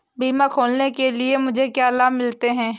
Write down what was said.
बीमा खोलने के लिए मुझे क्या लाभ मिलते हैं?